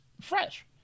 fresh